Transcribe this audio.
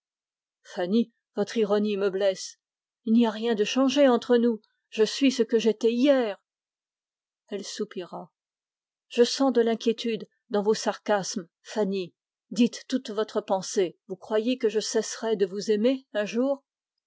fanny votre ironie me blesse il n'y a rien de changé entre nous je suis ce que j'étais hier elle soupira je sens de l'inquiétude dans vos sarcasmes ma fanny dites toute votre pensée vous croyez que je cesserai de vous aimer un jour